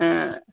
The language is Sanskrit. हा